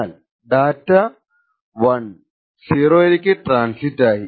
എന്നാൽ ഡാറ്റ 1 0 ലേക്ക് ട്രാൻസിറ്റ് ആയി